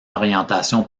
orientation